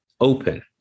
open